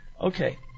Okay